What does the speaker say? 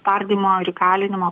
tardymo ir įkalinimo